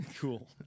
Cool